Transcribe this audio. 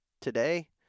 today